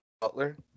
butler